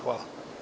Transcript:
Hvala.